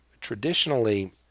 traditionally